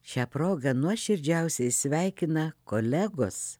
šią proga nuoširdžiausiai sveikina kolegos